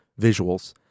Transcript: visuals